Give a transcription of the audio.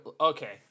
okay